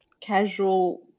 casual